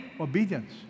obedience